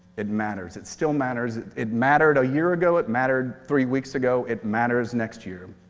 it matters, it still matters. it mattered a year ago, it mattered three weeks ago. it matters next year.